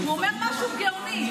הוא אומר משהו גאוני.